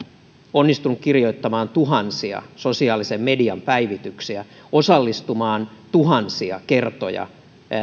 onnistunut kirjoittamaan tuhansia sosiaalisen median päivityksiä osallistumaan tuhansia kertoja